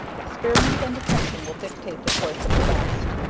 experience and attention will dictate the choice of the best.